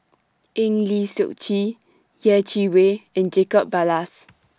Eng Lee Seok Chee Yeh Chi Wei and Jacob Ballas